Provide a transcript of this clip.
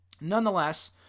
Nonetheless